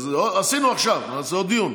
עשינו עכשיו, נעשה עוד דיון?